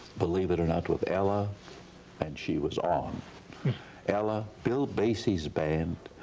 believe it or not with ella and she was on ella, bill basie's band,